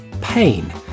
Pain